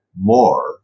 more